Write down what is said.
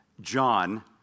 John